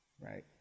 right